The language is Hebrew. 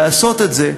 לעשות את זה,